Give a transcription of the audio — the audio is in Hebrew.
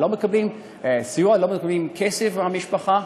הם לא מקבלים סיוע, הם לא מקבלים כסף מהמשפחה.